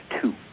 two